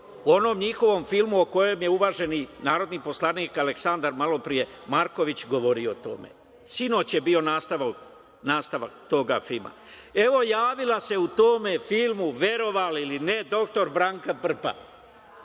onom njihovom filmu o kojem je uvaženi narodni poslanik Aleksandar Marković malo pre govorio? Sinoć je bio nastavak toga filma. Evo, javila se u tom filmu, verovali ili ne, doktor Branka Prpa.